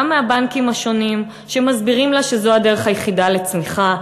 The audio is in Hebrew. גם מהבנקים השונים שמסבירים לה שזו הדרך היחידה לצמיחה,